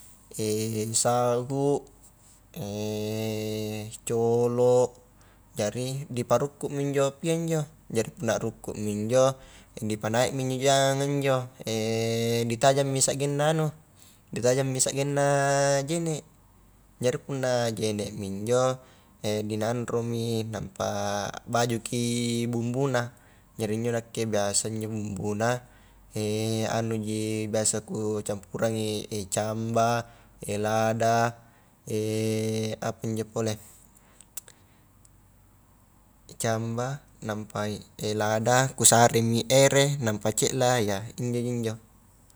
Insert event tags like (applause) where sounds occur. (hesitation) sahu, (hesitation) colo, jari ri parukkumi injo apia injo jari punna rukkumi injo (hesitation) dipanaimi injo janganga njo (hesitation) ditajangmi sagengna anu ditajangmi sagengna jene jari punna jenemi injo, (hesitation) dinanromi nampa bajuki bumbuna, jari injo nakke biasa injo bumbuna (hesitation) anuji biasa kucampurangi, (hesitation) camba (hesitation) lada (hesitation) apa injo pole camba, nampa (hesitation) lada, kusaremi ere nampa cela ya injoji-injo.